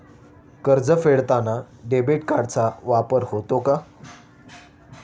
कर्ज फेडताना डेबिट कार्डचा वापर होतो का?